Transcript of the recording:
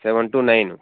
seven to nine